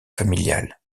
familiale